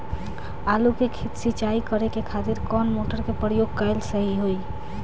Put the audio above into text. आलू के खेत सिंचाई करे के खातिर कौन मोटर के प्रयोग कएल सही होई?